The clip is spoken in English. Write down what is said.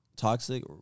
Toxic